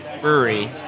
brewery